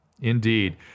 Indeed